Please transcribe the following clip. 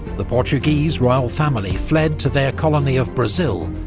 the portuguese royal family fled to their colony of brazil,